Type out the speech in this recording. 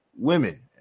Women